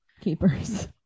keepers